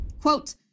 Quote